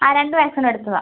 അ രണ്ട് വാക്സിനും എടുത്തതാണ്